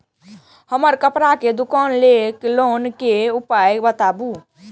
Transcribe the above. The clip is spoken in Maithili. हमर कपड़ा के दुकान छै लोन के उपाय बताबू?